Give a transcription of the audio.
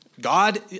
God